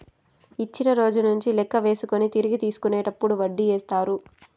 ఇచ్చిన రోజు నుంచి లెక్క వేసుకొని తిరిగి తీసుకునేటప్పుడు వడ్డీ ఏత్తారు